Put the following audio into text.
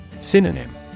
Synonym